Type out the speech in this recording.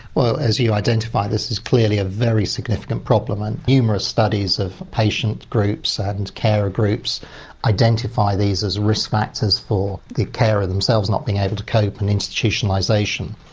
well, as you identify, this is clearly a very significant problem. and numerous studies of patient groups and and carer groups identify these as risk factors for the carer themselves not being able to cope, and institutionalisation.